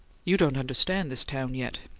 you don't understand this town yet.